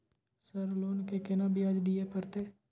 Sir loan के केना ब्याज दीये परतें?